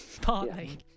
partly